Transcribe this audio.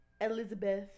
Elizabeth